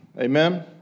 Amen